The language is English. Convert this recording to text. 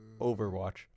overwatch